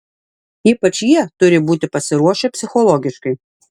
ypač jie turi būti pasiruošę psichologiškai